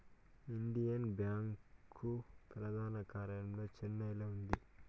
Indian bank ప్రధాన కార్యాలయం చెన్నైలో ఉంది